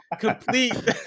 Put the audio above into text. Complete